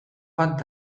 bat